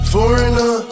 Foreigner